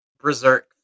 Berserk